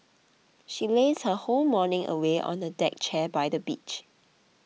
she lazed her whole morning away on the deck chair by the beach